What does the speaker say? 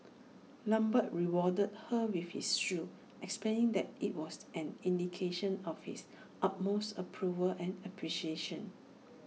lambert rewarded her with his shoe explaining that IT was an indication of his utmost approval and appreciation